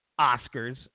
Oscars